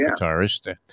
guitarist